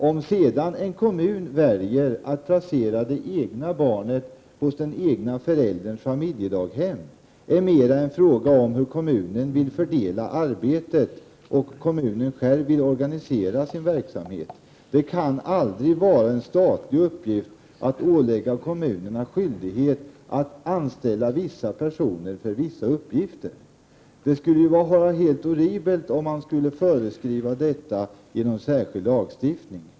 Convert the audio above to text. Om kommunerna väljer att placera barnen i den egna förälderns familjedaghem är mera fråga om hur kommunen vill fördela arbetet och hur kommunen själv vill organisera sin verksamhet. Det kan aldrig vara en statlig uppgift att ålägga kommunerna skyldighet att anställa vissa personer för vissa uppgifter. Det skulle vara horribelt om man skulle föreskriva det genom särskild lagstiftning.